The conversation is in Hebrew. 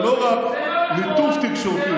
זה לא רק ליטוף תקשורתי,